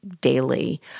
daily